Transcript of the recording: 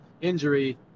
injury